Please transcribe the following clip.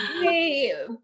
Hey